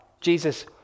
Jesus